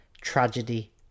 tragedy